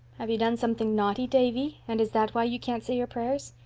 have you done something naughty, davy, and is that why you can't say your prayers?